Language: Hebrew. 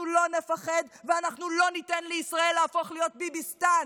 לא נפחד ואנחנו לא ניתן לישראל להפוך להיות ביביסטאן.